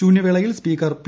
ശൂന്യവേളയിൽ speaker P